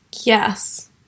Yes